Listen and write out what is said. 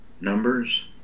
numbers